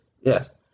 Yes